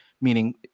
meaning